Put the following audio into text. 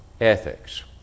ethics